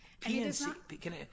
PNC